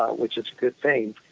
ah which is a good thing.